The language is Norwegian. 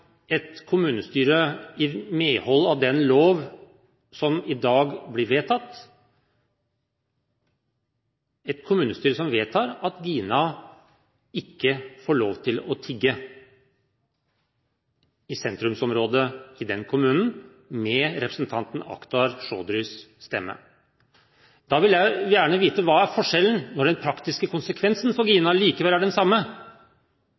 et kommunestyre i medhold av den lov som i dag blir vedtatt, vedtar at Gina ikke får lov til å tigge i sentrumsområdet i den kommunen, med representanten Akhtar Chaudhrys stemme. Da vil jeg gjerne vite hva er forskjellen, når den praktiske konsekvensen for Gina likevel er den samme